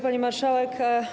Pani Marszałek!